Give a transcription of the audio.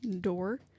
door